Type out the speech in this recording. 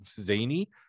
zany